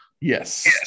Yes